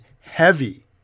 heavy